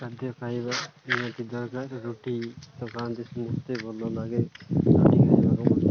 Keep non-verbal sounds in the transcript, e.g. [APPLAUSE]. ଖାଦ୍ୟ ଖାଇବା ନିହାତି ଦରକାର ରୁଟି ଦୋକାନ ମତେ ଭଲ ଲାଗେ [UNINTELLIGIBLE] ଖାଇବା [UNINTELLIGIBLE]